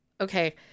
Okay